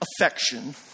affection